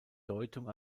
deutung